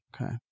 Okay